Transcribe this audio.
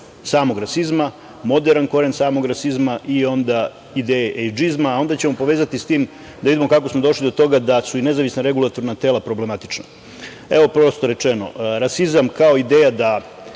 samog rasizma, moderan koren samog rasizma i onda ideje ejdžizma, a onda ćemo povezati s tim da vidimo kako smo došli do toga da su i nezavisna regulatorna tela problematična. Evo, prosto rečeno, rasizam kao ideja da